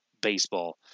baseball